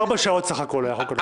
ארבע שעות סך הכול היה החוק הנורבגי.